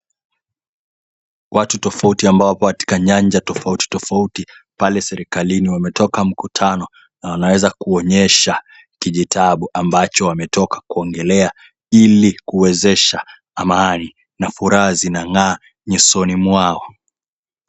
Watu tofauti wapo katika nyanja tofauti tofauti pale serikalini wametoka mkutano na wanaweza kuonyesha kijitabu ambacho wametoka kuongelea ili kuwezesha amani na furaha zinang'aa nyusoni mwao.